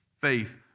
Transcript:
faith